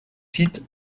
sites